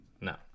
No